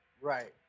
Right